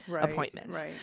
appointments